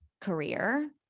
career